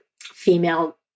female